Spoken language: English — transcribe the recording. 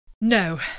No